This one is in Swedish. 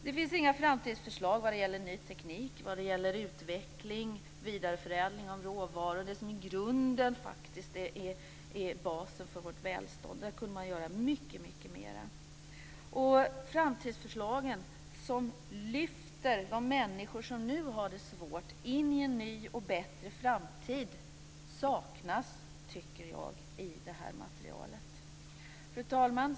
Det finns inga framtidsförslag när det gäller ny teknik, utveckling och vidareförädling av råvaror, alltså det som i grunden faktiskt är basen för vårt välstånd. Där kunde man göra mycket mer. De framtidsförslag som lyfter de människor som nu har det svårt in i en ny och bättre framtid tycker jag saknas i detta material. Fru talman!